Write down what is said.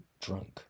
drunk